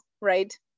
right